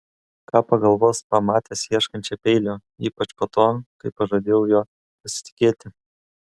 ką pagalvos pamatęs ieškančią peilio ypač po to kai pažadėjau juo pasitikėti